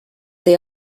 they